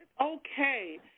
okay